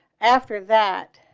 after that,